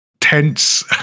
tense